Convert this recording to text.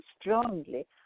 strongly